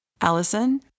Allison